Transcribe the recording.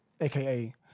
AKA